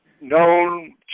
known